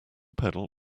pedal